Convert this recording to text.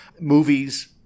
movies